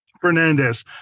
Fernandez